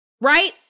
right